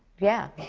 yeah.